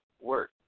work